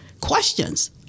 questions